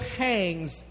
hangs